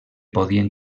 podien